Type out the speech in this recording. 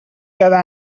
cada